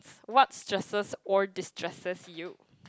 what stresses or destresses you